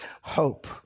hope